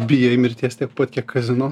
bijai mirties tiek pat kiek kazino